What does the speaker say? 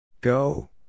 Go